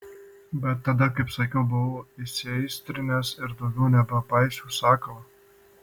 bet tada kaip sakiau buvau įsiaistrinęs ir daugiau nebepaisiau sakalo